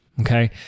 okay